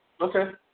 Okay